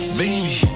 baby